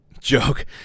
Joke